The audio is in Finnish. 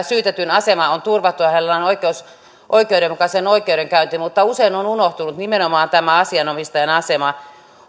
syytetyn asema on turvattu ja hänellä on oikeus oikeudenmukaiseen oikeudenkäyntiin mutta usein on unohtunut nimenomaan tämä asianomistajan asema